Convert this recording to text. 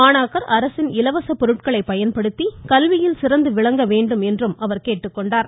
மாணாக்கர் அரசின் இலவச பொருட்களை பயன்படுத்தி கல்வியில் சிறந்து விளங்க வேண்டும் என்றும் அவர் வாழ்த்தினார்